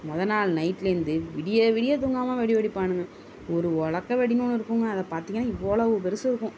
மொதல் நாள் நைட்லேருந்து விடிய விடிய தூங்காமல் வெடி வெடிப்பானுங்க ஒரு உலக்கை வெடின்னு ஒன்று இருக்குங்க அதை பார்த்திங்கன்னா இவ்வளோ பெரிசு இருக்கும்